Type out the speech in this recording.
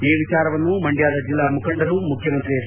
ಈ ವಿಚಾರವನ್ನು ಮಂಡ್ಯದ ಜಿಲ್ಲಾ ಮುಖಂಡರು ಮುಖ್ಯಮಂತ್ರಿ ಹೆಚ್